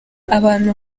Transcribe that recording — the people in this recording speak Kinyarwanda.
abantu